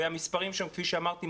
והמספרים שם כפי שאמרתי,